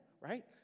Right